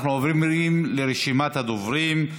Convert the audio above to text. אנחנו עוברים לרשימת הדוברים,